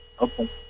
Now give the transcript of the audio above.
Okay